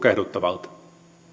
tukehduttavalta